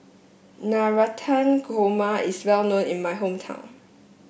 Navratan Korma is well known in my hometown